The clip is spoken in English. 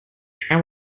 tram